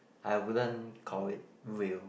I wouldn't call it real